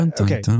okay